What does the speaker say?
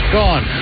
gone